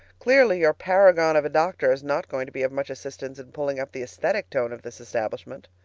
clearly, your paragon of a doctor is not going to be of much assistance in pulling up the esthetic tone of this establishment.